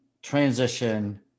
transition